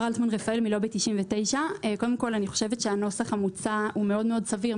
אני מלובי 99. קודם כול אני חושבת שהנוסח המוצע הוא מאוד מאוד סביר.